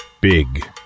Big